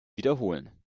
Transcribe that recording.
wiederholen